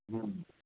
ہاں